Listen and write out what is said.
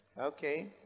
Okay